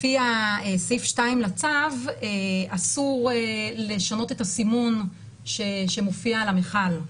לפי סעיף 2 לצו אסור לשנות את הסימון שמופיע על המכל,